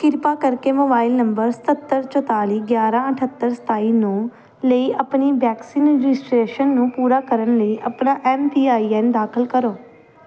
ਕਿਰਪਾ ਕਰਕੇ mobile number ਸਤੱਤਰ ਚੁਤਾਲੀ ਗਿਆਰ੍ਹਾਂ ਅਠੱਤਰ ਸਤਾਈ ਨੌਂ ਲਈ ਆਪਣੀ ਵੈਕਸੀਨ ਰਜਿਸਟ੍ਰੇਸ਼ਨ ਨੂੰ ਪੂਰਾ ਕਰਨ ਲਈ ਆਪਣਾ ਐੱਮ ਪੀ ਆਈ ਐੱਨ ਦਾਖਲ ਕਰੋ